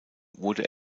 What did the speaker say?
wurde